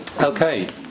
Okay